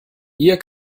ihr